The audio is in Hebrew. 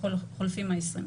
חולפים 20 הימים.